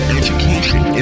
education